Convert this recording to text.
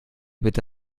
bitte